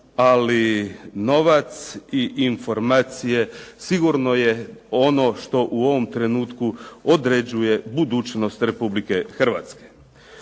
ali novac i informacije sigurno je ono što u ovom trenutku određuje budućnost Republike Hrvatske.